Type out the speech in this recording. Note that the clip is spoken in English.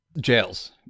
Jails